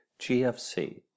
GFC